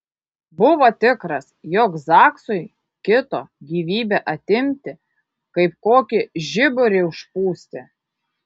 buvo tikras jog zaksui kito gyvybę atimti kaip kokį žiburį užpūsti